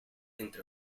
entre